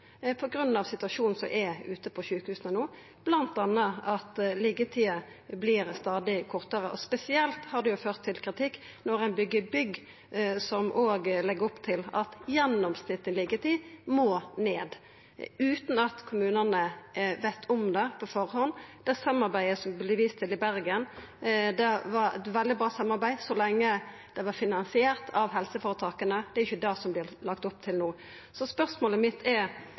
situasjonen som er på sjukehusa no, bl.a. at liggjetida vert stadig kortare. Spesielt har det ført til kritikk at ein byggjer bygg som òg legg opp til at gjennomsnittleg liggjetid må ned, utan at kommunane er bedne om det på førehand. Det samarbeidet som vart vist til i Bergen, var eit veldig bra samarbeid så lenge det var finansiert av helseføretaka. Det er ikkje slik det vert lagt opp til no. Så spørsmålet mitt er: